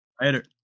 Later